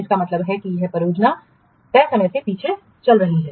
इसका मतलब है कि यह परियोजना तय समय से पीछे चल रही है